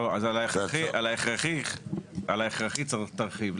אז על ההכרחי תרחיב.